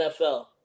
NFL